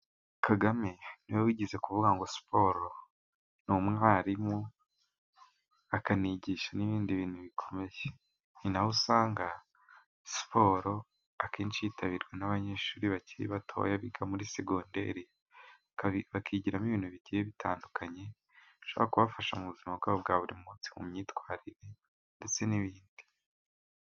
Kagame niwe wigeze kuvuga ngo siporo ni umwarimu, akanigisha n'ibindi bintu bikomeye. Ni na ho we usanga siporo akenshi yitabirwa n'abanyeshuri bakiri batoya, biga muri segonderi bakigiramo ibintu bigiye bitandukanye. Ashaka kubafasha mu buzima bwabo bwa buri munsi, mu myitwarire ndetse n'ibindi.